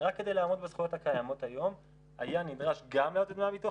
רק כדי לעמוד בזכויות הקיימות היום היה נדרש גם להעלות את דמי הביטוח